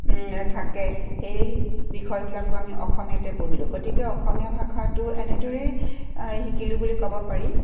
থাকে সেই বিষয়বিলাকো আমি অসমীয়াতে পঢ়িলোঁ গতিকে অসমীয়া ভাষাটো এনেদৰেই শিকিলোঁ বুলি ক'ব পাৰি